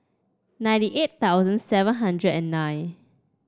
ninety eight thousand seven hundred and nine